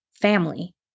family